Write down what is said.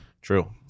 True